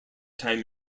time